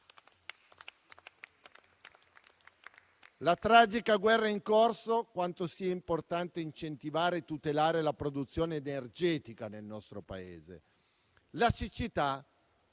La tragica guerra in corso quanto sia importante incentivare e tutelare la produzione energetica nel nostro Paese. La siccità